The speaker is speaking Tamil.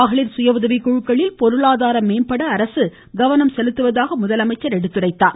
மகளிர் சுயஉதவிக் குழுக்களில் பொருளாதாரம் மேம்பட அரசு கவனம் செலுத்துவதாகவும் அவர் எடுத்துரைத்தார்